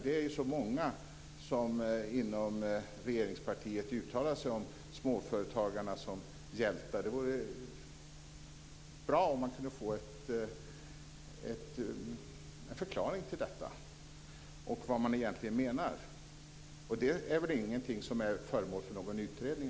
Det är många inom regeringspartiet som uttalar sig om småföretagarna som hjältar. Det vore bra om man kunde få en förklaring till vad ni egentligen menar. Det är väl i alla fall inte föremål för någon utredning.